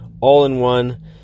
all-in-one